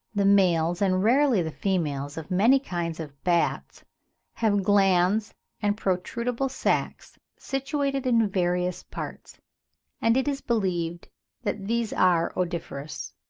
the males, and rarely the females, of many kinds of bats have glands and protrudable sacks situated in various parts and it is believed that these are odoriferous.